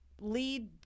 lead